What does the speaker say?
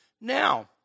Now